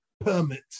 permit